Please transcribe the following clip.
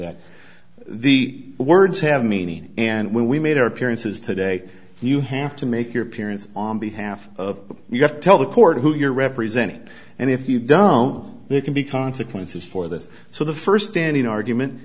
that the words have meaning and when we made our appearances today you have to make your appearance on behalf of you have to tell the court who you're representing and if you don't they can be consequences for this so the first standing argument